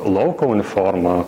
lauko uniforma